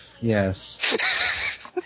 yes